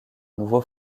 nouveau